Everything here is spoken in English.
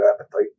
appetite